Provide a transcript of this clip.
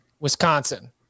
Wisconsin